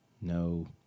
no